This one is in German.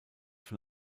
von